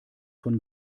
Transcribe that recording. von